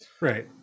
right